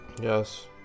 Yes